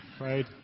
right